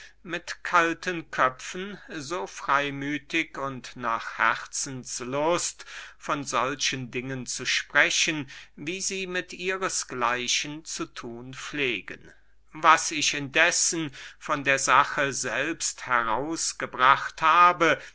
mit kalten köpfen so freymüthig und nach herzenslust von solchen dingen zu sprechen wie sie mit ihres gleichen zu thun pflegen was ich indessen von der sache selbst herausgebracht habe